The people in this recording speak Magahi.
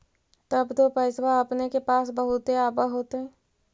तब तो पैसबा अपने के पास बहुते आब होतय?